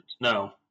No